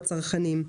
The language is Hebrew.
הצרכנים.